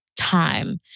time